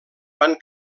van